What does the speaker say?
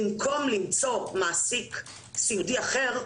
במקום למצוא מעסיק סיעודי אחר,